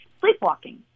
sleepwalking